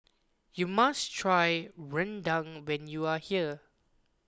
you must try Rendang when you are here